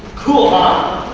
cool, huh?